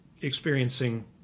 experiencing